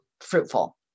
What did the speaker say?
fruitful